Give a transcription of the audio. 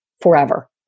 forever